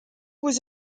was